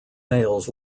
males